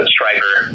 Striker